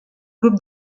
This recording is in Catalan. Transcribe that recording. grup